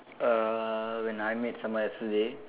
uh when I made someone else's day